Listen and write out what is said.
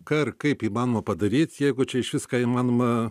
ką ir kaip įmanoma padaryt jeigu čia išvis ką įmanoma